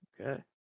okay